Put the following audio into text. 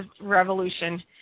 revolution